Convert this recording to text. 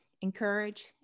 encourage